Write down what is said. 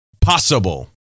possible